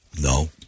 No